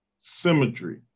symmetry